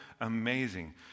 amazing